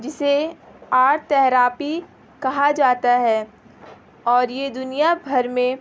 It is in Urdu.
جسے آرٹ تیرپی کہا جاتا ہے اور یہ دنیا بھر میں